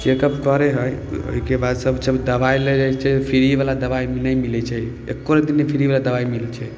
cheque up करै हइ ओहिके बाद सब दबाइ लऽ जाइ छियै फ्री बला दबाइ नहि मिलै छै एकोरती नहि फ्री बला दबाइ मिलै छै